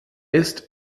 ist